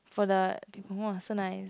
for the people !wah! so nice